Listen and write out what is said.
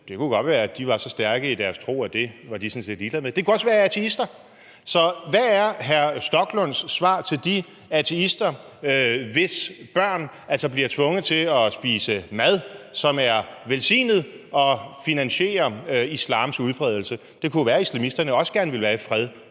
det kunne godt være, at de var så stærke i deres tro, at det var de sådan set ligeglade med, men det kunne også være ateister. Så hvad er hr. Rasmus Stoklunds svar til de ateister, hvis børn altså bliver tvunget til at spise mad, som er velsignet og finansierer islams udbredelse? Det kunne jo være, at ateisterne også gerne ville være i fred